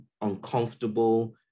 uncomfortable